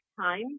time